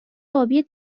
آبی